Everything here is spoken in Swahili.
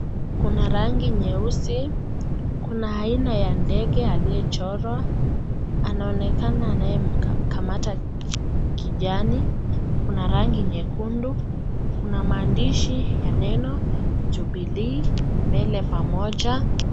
Kuna rangi nyeusi. Kuna aina ya ndege aliyechorwa, anaonekana anayekamata kijani. Kuna rangi nyekundu, kuna maandishi ya neno Jubilee , mbele pamoja.